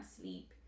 sleep